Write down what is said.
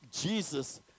Jesus